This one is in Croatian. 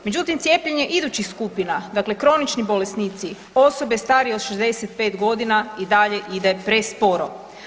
Međutim, cijepljenje idućih skupina, dakle kronični bolesnici, osobe starije od 65.g. i dalje ide presporo.